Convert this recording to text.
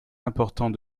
important